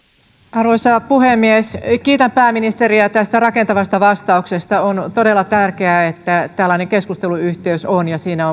arvoisa puhemies kiitän pääministeriä tästä rakentavasta vastauksesta on todella tärkeää että tällainen keskusteluyhteys on ja siinä